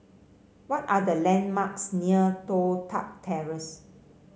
what are the landmarks near Toh Tuck Terrace